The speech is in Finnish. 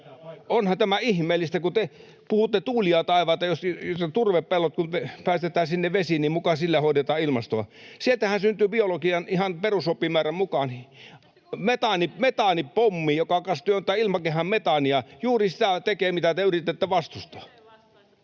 Onhan tämä ihmeellistä, kun te puhutte tuulia ja taivaita: jos ne turvepellot päästetään sinne vesiin, niin muka sillä hoidetaan ilmastoa. Sieltähän syntyy biologian ihan perusoppimäärän mukaan [Hanna Sarkkinen: Ettekö usko tieteeseen?] metaanipommi, joka tuottaa ilmakehään metaania. Juuri sitä tekee, mitä te yritätte vastustaa.